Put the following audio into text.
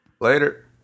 Later